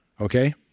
Okay